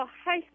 hi